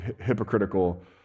hypocritical